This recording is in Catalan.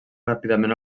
ràpidament